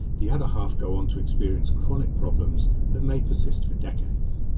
the other half go on to experience chronic problems that may persist for decades.